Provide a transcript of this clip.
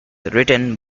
written